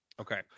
okay